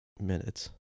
minutes